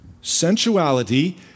sensuality